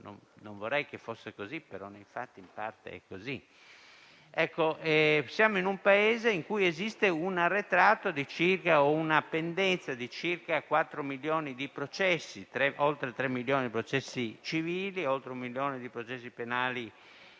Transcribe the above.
non vorrei che fosse così, ma, nei fatti, in parte è così. Siamo in un Paese in cui esiste un arretrato o una pendenza di circa 4 milioni di processi (oltre 3 milioni di processi civili e oltre un milione di processi penali in